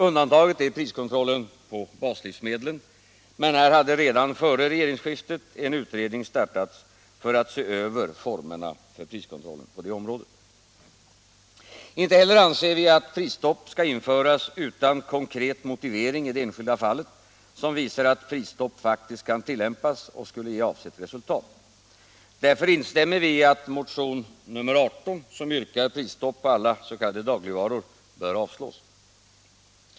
Undantaget är priskontrollen på baslivsmedlen, men redan före regeringsskiftet hade en utredning startats för att se över formerna för priskontrollen på det området. Inte heller anser vi att prisstopp skall införas utan konkret motivering i det enskilda fallet som visar att prisstopp faktiskt kan tillämpas och skulle ge avsett resultat. Därför instämmer vi i att motion nr 18, som yrkar prisstopp på alla s.k. dagligvaror, bör avslås.